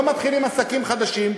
לא מתחילים עסקים חדשים,